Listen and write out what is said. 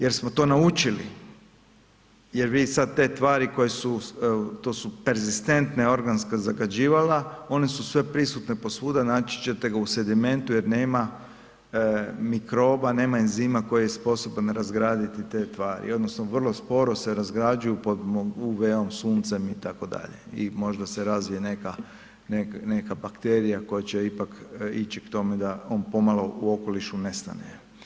Jer smo to naučili jer vi sad te tvari koje su, to su perzistentne organska zagađivala, one su sveprisutne posvuda, naći ćete ga u sedimentu jer nema mikroba, nema enzima koji je sposoban razgraditi te tvari odnosno vrlo sporo se razgrađuju, pod UV-om sunca itd. i možda se razvije neka bakterija koja će ipak ići k tome da on pomalo u okolišu nestane.